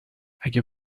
اگه